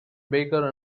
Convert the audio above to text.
baker